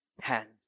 hand